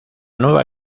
nueva